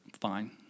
Fine